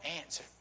answer